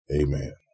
Amen